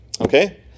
Okay